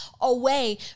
away